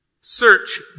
Search